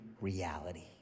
reality